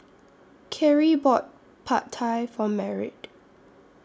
Khiry bought Pad Thai For Merritt